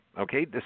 Okay